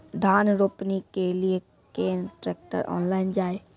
धान रोपनी के लिए केन ट्रैक्टर ऑनलाइन जाए?